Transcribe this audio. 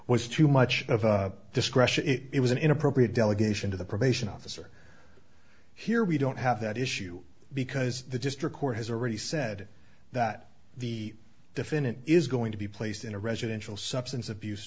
was too much of a discretion it was an inappropriate delegation to the probation officer here we don't have that issue because the district court has already said that the defendant is going to be placed in a residential substance abuse